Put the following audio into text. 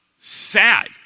Sad